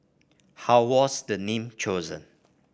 how was the name chosen